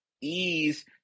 ease